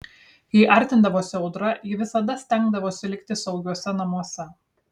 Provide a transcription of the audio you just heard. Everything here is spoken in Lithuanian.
kai artindavosi audra ji visada stengdavosi likti saugiuose namuose